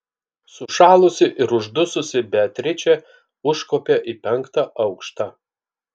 sušalusi ir uždususi beatričė užkopė į penktą aukštą